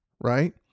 right